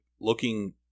looking